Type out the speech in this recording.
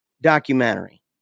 documentary